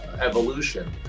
evolution